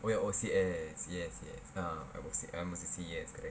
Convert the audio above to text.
oh ya O_C_S yes yes ah I am a C_C_E_S